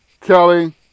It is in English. Kelly